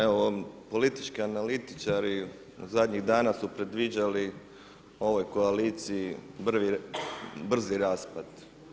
Evo ovi politički analitičari zadnjih dana su predviđali ovoj koaliciji brzi raspad.